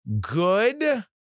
good